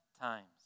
times